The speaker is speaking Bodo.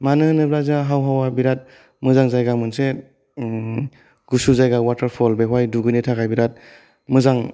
मानो होनोब्ला जोंहा हाव हावाया बिराट मोजां जायगा मोनसे गुसु जायगा वाटारफल बेयावहाय दुगैनो थाखाय बिराट मोजां